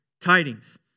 tidings